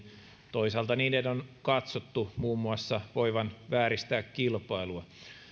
toisaalta niiden on katsottu muun muassa voivan vääristää kilpailua